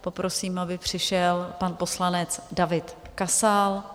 Poprosím, aby přišel pan poslanec David Kasal.